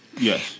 Yes